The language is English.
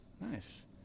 Nice